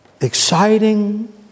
exciting